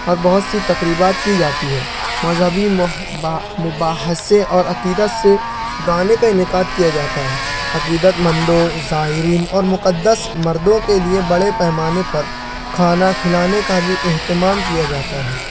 اور بہت سی تقریبات کی جاتی ہیں مذہبی مباحثے اور عقیدت سے گانے کا انعقاد کیا جاتا ہے عقیدت مندوں زائرین اور مقدس مردوں کے لیے بڑے پیمانے پر کھانا کھلانے کا بھی اہتمام کیا جاتا ہے